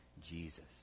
jesus